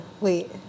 wait